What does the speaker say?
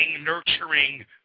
nurturing